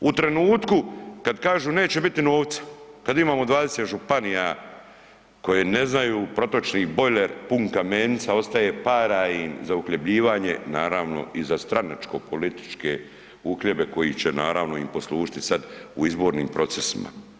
U trenutku kada kažu neće biti novca, kada imamo 20 županija koje ne znaju protočni bojler pun kamenca, ostaje para im za uhljebljivanje, naravno i za stranačko političke uhljebe koji će naravno im poslužiti sada u izbornim procesima.